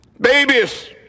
Babies